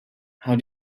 how